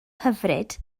hyfryd